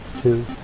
two